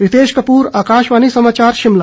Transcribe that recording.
रितेश कपूर आकाशवाणी समाचार शिमला